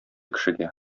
кешегә